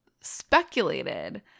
speculated